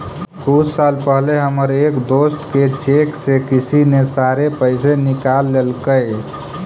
कुछ साल पहले हमर एक दोस्त के चेक से किसी ने सारे पैसे निकाल लेलकइ